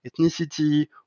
ethnicity